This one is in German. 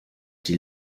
die